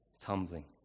tumbling